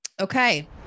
Okay